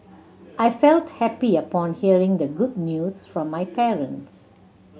I felt happy upon hearing the good news from my parents